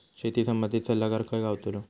शेती संबंधित सल्लागार खय गावतलो?